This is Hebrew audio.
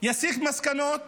יסיק מסקנות